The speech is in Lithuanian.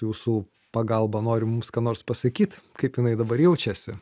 jūsų pagalba nori mums ką nors pasakyt kaip jinai dabar jaučiasi